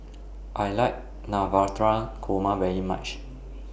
I like Navratan Korma very much